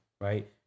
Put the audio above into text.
Right